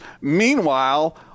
Meanwhile